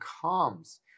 comes